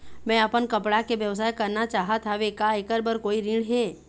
मैं अपन कपड़ा के व्यवसाय करना चाहत हावे का ऐकर बर कोई ऋण हे?